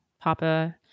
papa